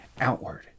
outward